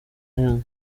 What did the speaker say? eng